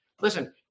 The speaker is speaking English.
Listen